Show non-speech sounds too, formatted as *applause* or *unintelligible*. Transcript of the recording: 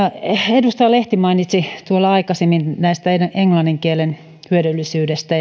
edustaja lehti mainitsi tuolla aikaisemmin englannin kielen hyödyllisyydestä *unintelligible*